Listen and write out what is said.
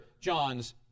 John's